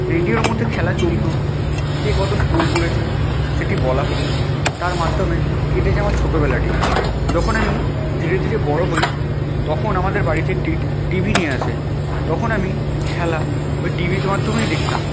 রেডিওর মধ্যে খেলা চলত কে কত স্কোর করেছে সেটি বলা হত তার মাধ্যমে কেটেছে আমার ছোটবেলাটি যখন আমি ধীরে ধীরে বড় হই তখন আমাদের বাড়িতে একটি টিভি নিয়ে আসে তখন আমি খেলা ওই টি ভির মাধ্যমেই দেখতাম